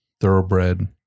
thoroughbred